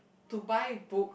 to buy books